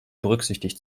berücksichtigt